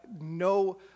no